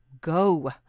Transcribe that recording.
Go